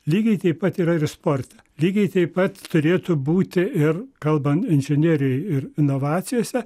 lygiai taip pat yra ir sporte lygiai taip pat turėtų būti ir kalbant inžinierijoj ir inovacijose